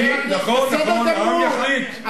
נכון, נכון, העם יחליט.